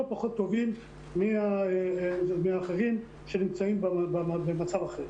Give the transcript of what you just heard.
פחות טובים מאחרים שנמצאים במצב אחר.